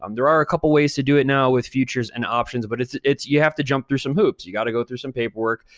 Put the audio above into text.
um there are a couple ways to do it now with futures and options, but it's, you have to jump through some hoops. you gotta go through some paperwork.